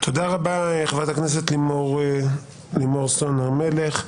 תודה רבה חברת הכנסת סון הר מלך.